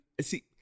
see